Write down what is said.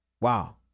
Wow